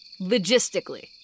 logistically